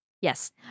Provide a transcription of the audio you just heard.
Yes